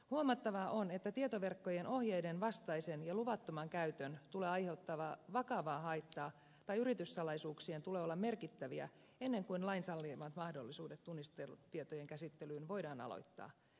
huomattavaa on että tietoverkkojen ohjeiden vastaisen ja luvattoman käytön tulee aiheuttaa vakavaa haittaa tai yrityssalaisuuksien tulee olla merkittäviä ennen kuin lain sallimat mahdollisuudet tunnistetietojen käsittelyyn voidaan aloittaa